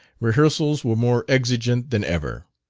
rehearsals were more exigent than ever.